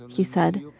he said,